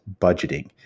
budgeting